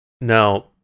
Now